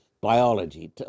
biology